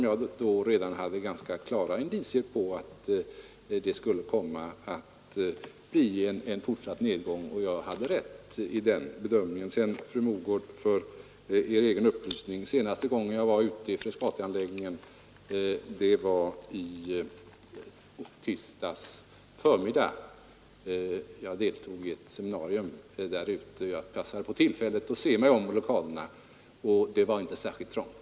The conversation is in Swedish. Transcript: Jag hade redan då relativt klara indicier på att det skulle komma att bli en fortsatt nedgång — och jag hade rätt i den bedömningen. Sedan, fru Mogård, en upplysning. Senaste gången jag var ute i Frescati var i tisdags — dvs. i går — förmiddag. Jag deltog i ett seminarium där och passade på tillfället att se mig om i lokalerna. Det var inte särskilt trångt.